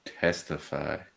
testify